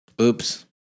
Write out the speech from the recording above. Oops